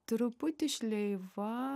truputį šleiva